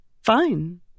fine